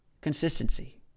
consistency